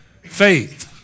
faith